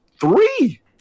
three